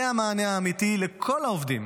זה המענה האמיתי לכל העובדים.